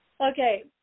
Okay